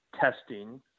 testing